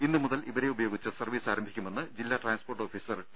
ഇന്ന് മുതൽ ഇവരെ ഉപയോഗിച്ച് സർവീസ് ആരംഭിക്കുമെന്ന് ജില്ലാ ട്രാൻസ്പോർട്ട് ഓഫീസർ ടി